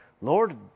Lord